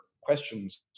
questions